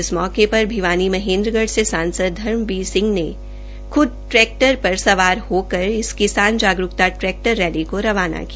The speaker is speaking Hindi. इस मौके र भिवानी महेन्द्रगढ़ से सांसद धर्मवीर सिंह ने ख्द ट्रैक्टर र सवार होकर इन किसान जागरूकता ट्रैक्टर रैली को रवाना किया